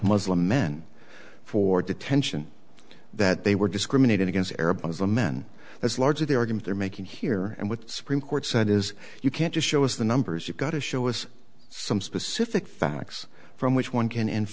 muslim men for detention that they were discriminated against arab muslim men as large as the argument they're making here and with the supreme court said is you can't just show us the numbers you've got to show us some specific facts from which one can